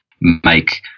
make